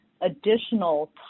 additional